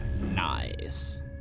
Nice